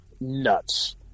Nuts